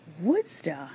Woodstock